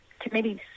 committees